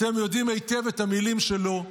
אתם יודעים היטב את המילים שלו.